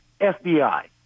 FBI